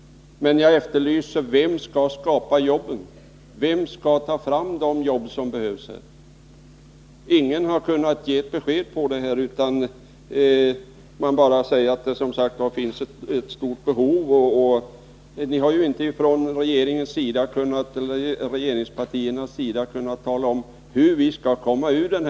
Men vem skall skapa jobben? Vem skall ta fram de jobb som behövs? Ingen har kunnat ge ett besked om det. Man säger bara att det finns stort behov av arbete. Från regeringspartiernas sida har man ju inte kunnat tala om hur vi skall komma ur krisen.